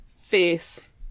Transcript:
face